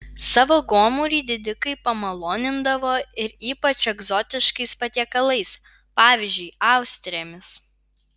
savo gomurį didikai pamalonindavo ir ypač egzotiškais patiekalais pavyzdžiui austrėmis